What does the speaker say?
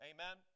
Amen